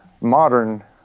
modern